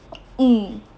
mm